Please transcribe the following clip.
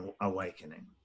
awakening